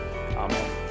Amen